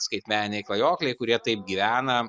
skaitmeniniai klajokliai kurie taip gyvena